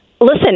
Listen